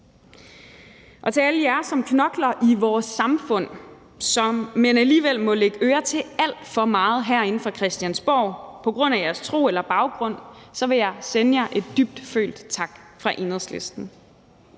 Og til alle jer, som knokler i vores samfund, men alligevel må lægge øre til alt for meget herinde fra Christiansborg på grund af jeres tro eller baggrund, vil jeg sende en dybtfølt tak fra Enhedslisten.